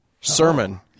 sermon